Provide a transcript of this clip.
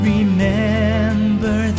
Remember